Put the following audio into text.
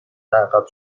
عقب